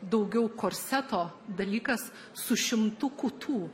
daugiau korseto dalykas su šimtu kutų